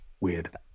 Weird